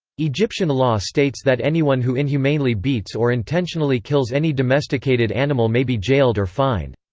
egyptian law states that anyone who inhumanely beats or intentionally kills any domesticated animal may be jailed or fined.